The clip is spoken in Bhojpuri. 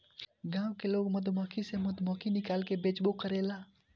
गाँव के लोग मधुमक्खी से मधु निकाल के बेचबो करेला